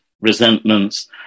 resentments